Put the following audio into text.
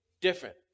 different